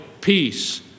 peace